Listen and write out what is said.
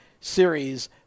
series